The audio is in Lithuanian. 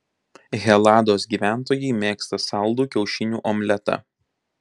helados gyventojai mėgsta saldų kiaušinių omletą